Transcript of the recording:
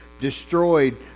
destroyed